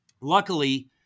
Luckily